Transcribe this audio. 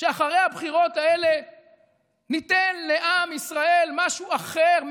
שאחרי הבחירות האלה ניתן לעם ישראל משהו אחר.